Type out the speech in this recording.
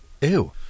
Ew